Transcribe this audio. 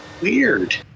weird